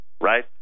right